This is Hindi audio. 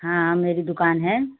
हाँ मेरी दुकान है